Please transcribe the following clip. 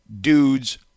dudes